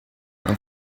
when